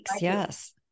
Yes